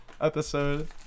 episode